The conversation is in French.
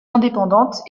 indépendantes